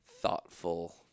thoughtful